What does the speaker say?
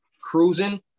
cruising